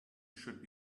should